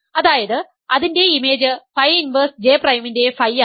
അതായത് അതിന്റെ image phi inverse J പ്രൈമിൻറെ ഫൈ ആണ്